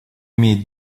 имеет